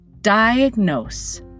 diagnose